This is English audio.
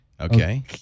Okay